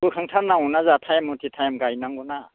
बोखां थारनांगौना जोंहा टाइम मथे टाइम गायनांगौना